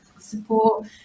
Support